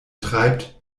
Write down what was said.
treibt